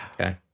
Okay